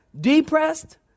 Depressed